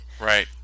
Right